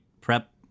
prep